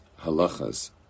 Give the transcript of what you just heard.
halachas